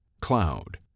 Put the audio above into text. Cloud